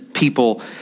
people